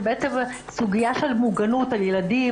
שבעצם סוגיה של מוגנות הילדים,